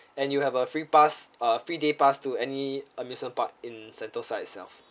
and you have a free pass uh free day pass to any amusement park in sentosa itself